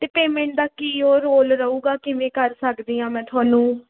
ਅਤੇ ਪੇਮੈਂਟ ਦਾ ਕੀ ਉਹ ਰੋਲ ਰਹੂਗਾ ਕਿਵੇਂ ਕਰ ਸਕਦੀ ਹਾਂ ਮੈਂ ਤੁਹਾਨੂੰ